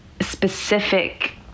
specific